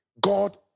God